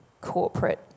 corporate